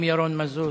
גם ירון מזוז.